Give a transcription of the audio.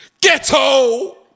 ghetto